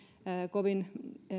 kovin